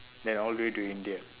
then all the way to india